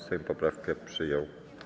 Sejm poprawki przyjął.